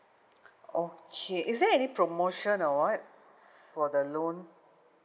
okay is there any promotion or what for the loan